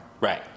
Right